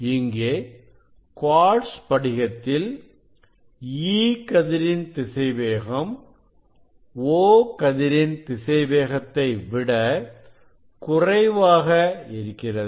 இங்கே குவார்ட்ஸ் படிகத்தில் E கதிரின் திசைவேகம் O கதிரின் திசைவேகத்தை விட குறைவாக இருக்கிறது